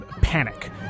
panic